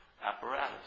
apparatus